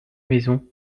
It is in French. maison